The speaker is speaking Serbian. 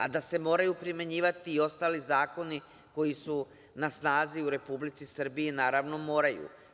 A da se moraju primenjivati i ostali zakoni koji su na snazi u Republici Srbiji, naravno moraju.